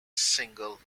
single